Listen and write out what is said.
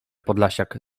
podlasiak